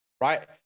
right